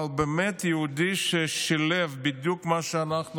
הוא היה באמת יהודי ששילב בדיוק מה שאנחנו